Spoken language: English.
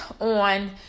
on